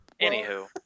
Anywho